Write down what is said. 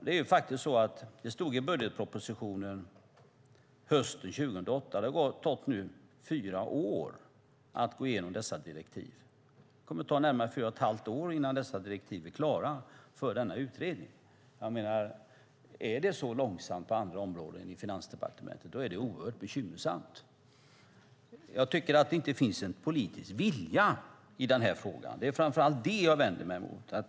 Det är faktiskt så att det stod i budgetpropositionen hösten 2008 att man skulle göra det. Det har nu gått fyra år att gå igenom dessa direktiv, och det kommer att ta närmare fyra och ett halvt år innan dessa direktiv är klara för denna utredning. Om det går så långsamt på andra områden i Finansdepartementet är det oerhört bekymmersamt. Jag tycker att det saknas politisk vilja i frågan. Det är framför allt det jag vänder mig mot.